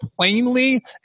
plainly